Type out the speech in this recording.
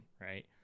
right